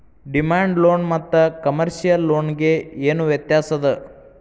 Demand loan ಮತ್ತ commercial loan ಗೆ ಏನ್ ವ್ಯತ್ಯಾಸದ?